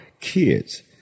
kids